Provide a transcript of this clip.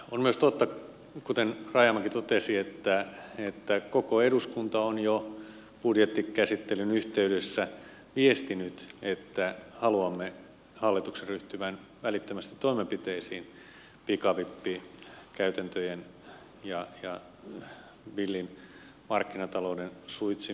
on myös totta kuten rajamäki totesi että koko eduskunta on jo budjettikäsittelyn yhteydessä viestinyt että haluamme hallituksen ryhtyvän välittömästi toimenpiteisiin pikavippikäytäntöjen ja villin markkinatalouden suitsimiseksi